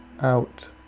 out